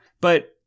But-